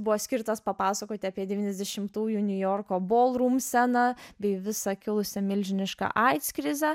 buvo skirtas papasakoti apie devyniasešimtųjų niujorko baalroom sceną bei visą kilusią milžinišką aids krizę